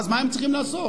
אז מה הם צריכים לעשות?